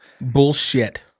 Bullshit